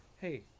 Hey